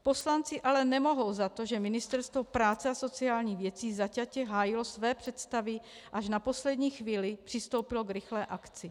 Poslanci ale nemohou za to, že Ministerstvo práce a sociálních věcí zaťatě hájilo své představy, až na poslední chvíli přistoupilo k rychlé akci.